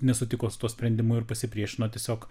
nesutiko su tuo sprendimu ir pasipriešino tiesiog